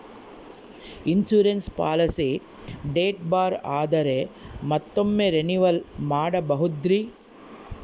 Insurance policy date ಬಾರ್ ಆದರೆ ಮತ್ತೊಮ್ಮೆ ರಿನಿವಲ್ ಮಾಡಬಹುದ್ರಿ?